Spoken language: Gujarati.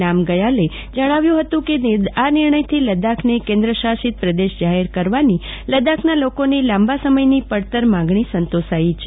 નામગયાલે જણાવ્યું છે કે આ નિર્ણયથી લદ્દાખને કેન્દ્રશાસિત પ્રદેશ જાહેર કરવાની લદ્દાખના લોકોની લાંબા સમયથી પડતર માગણી સંતોષાઇ છે